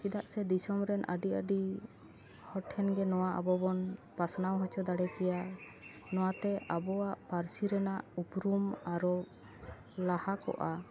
ᱪᱮᱫᱟᱜ ᱥᱮ ᱫᱤᱥᱚᱢ ᱨᱮᱱ ᱟᱹᱰᱤ ᱟᱹᱰᱤ ᱦᱚᱲ ᱴᱷᱮᱱ ᱜᱮ ᱱᱚᱣᱟ ᱟᱵᱚ ᱵᱚᱱ ᱯᱟᱥᱱᱟᱣ ᱦᱚᱪᱚ ᱫᱟᱲᱮᱠᱮᱭᱟ ᱱᱚᱣᱟᱛᱮ ᱟᱵᱚᱣᱟᱜ ᱯᱟᱹᱨᱥᱤ ᱨᱮᱱᱟᱜ ᱩᱯᱨᱩᱢ ᱟᱨᱚ ᱞᱟᱦᱟ ᱠᱚᱜᱼᱟ